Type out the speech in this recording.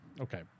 Okay